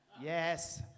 Yes